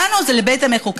לנו זה לבית המחוקקים.